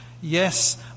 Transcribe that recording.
Yes